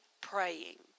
praying